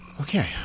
Okay